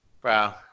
Bro